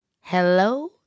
hello